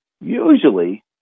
usually